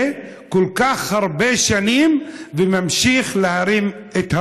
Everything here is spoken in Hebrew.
כל כך הרבה שנים והוא ממשיך להרים את הראש.